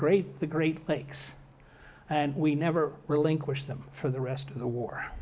great the great lakes and we never relinquished them for the rest of the war